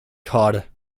called